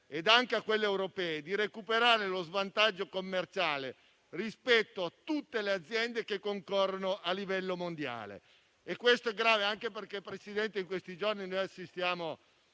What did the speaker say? e a quelle europee di recuperare lo svantaggio commerciale rispetto a tutte le aziende che concorrono a livello mondiale. Questo è grave, anche perché in questi giorni assistiamo